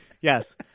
Yes